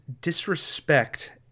disrespect